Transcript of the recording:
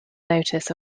notice